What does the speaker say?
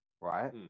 right